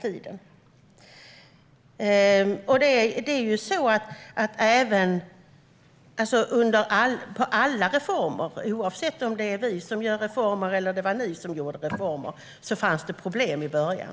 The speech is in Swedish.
I alla reformer, oavsett om det är vi eller ni som gör dem, finns det problem i början.